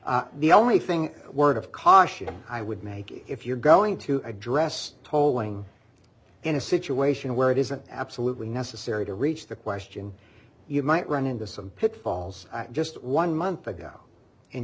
said the only thing word of caution i would make it if you're going to address tolling in a situation where it isn't absolutely necessary to reach the question you might run into some pitfalls just one month ago and